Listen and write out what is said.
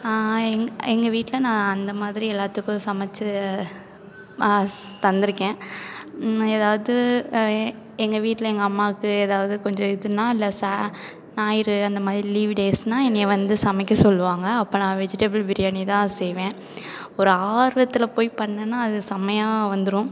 எங் எங்கள் வீட்டில் நான் அந்த மாதிரி எல்லாத்துக்கும் சமைச்சி மா ஸ் தந்துருக்கேன் ஏதாவது ஏ எங்கள் வீட்டில் எங்கள் அம்மாவுக்கு ஏதாவது கொஞ்சம் இதுன்னா இல்லை ச ஞாயிறு அந்த மாதிரி லீவு டேஸ்னா என்னைய வந்து சமைக்க சொல்லுவாங்க அப்போ நான் வெஜிடேபிள் பிரியாணி தான் செய்வேன் ஒரு ஆர்வத்தில் போய் பண்ணிணன்னா அது செம்மையா வந்துடும்